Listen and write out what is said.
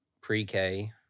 pre-K